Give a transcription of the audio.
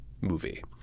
movie